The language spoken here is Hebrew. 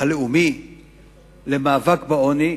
הלאומי למאבק בעוני,